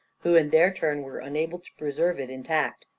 who in their turn were unable to preserve it intact.